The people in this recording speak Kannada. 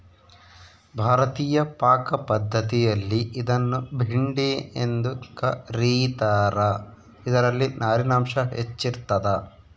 ಭಾರತೀಯ ಪಾಕಪದ್ಧತಿಯಲ್ಲಿ ಇದನ್ನು ಭಿಂಡಿ ಎಂದು ಕ ರೀತಾರ ಇದರಲ್ಲಿ ನಾರಿನಾಂಶ ಹೆಚ್ಚಿರ್ತದ